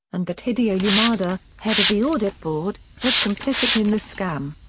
and that hideo yamada, head of the audit board, was complicit in the scam.